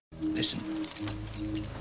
Listen